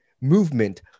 movement